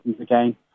again